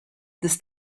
this